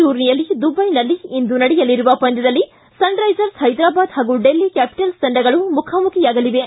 ಟೂರ್ನಿಯಲ್ಲಿ ದುವೈನಲ್ಲಿ ಇಂದು ನಡೆಯಲಿರುವ ಪಂದ್ಯದಲ್ಲಿ ಸನ್ರೈಸರ್ಸ್ ಹೈದರಾಬಾದ್ ಹಾಗೂ ಡಲ್ಲಿ ಕ್ಕಾಪಿಟಲ್ಲ್ ತಂಡಗಳು ಮುಖಾಮುಖಿಯಾಗಲಿವೆ